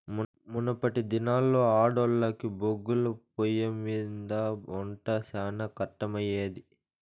మునపటి దినాల్లో ఆడోల్లకి బొగ్గుల పొయ్యిమింద ఒంట శానా కట్టమయ్యేది